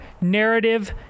narrative